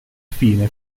fine